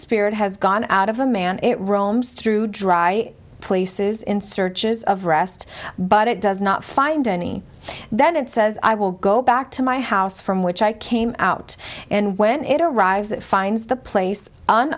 spirit has gone out of a man it roams through dry places in searches of rest but it does not find any then it says i will go back to my house from which i came out and when it arrives it finds the place